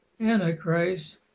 Antichrist